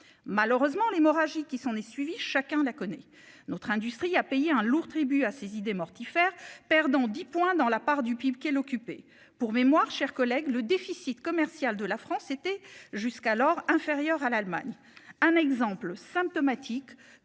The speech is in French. malheureusement l'hémorragie qui s'en est suivi, chacun la connaît notre industrie a payé un lourd tribut à ses idées mortifères, perdant 10 points dans la part du PIB quel. Pour mémoire, chers collègues. Le déficit commercial de la France était jusqu'alors inférieur à l'Allemagne. Un exemple symptomatique.